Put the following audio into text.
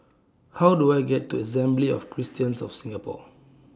How Do I get to Assembly of Christians of Singapore